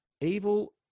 evil